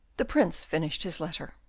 the prince finished his letter.